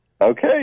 Okay